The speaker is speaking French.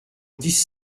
dix